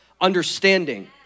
understanding